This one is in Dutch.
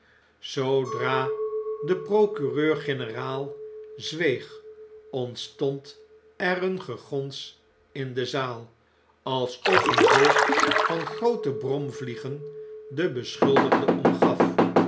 zoodra de procureur-generaal zweeg ontstond er een gegons in de zaal afsof eene wolk van groote bromvliegen den beschuldigde omgaf